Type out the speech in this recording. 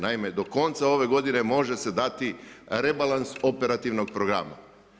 Naime, do konca ove godine može se dati rebalans operativnog programa.